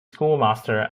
schoolmaster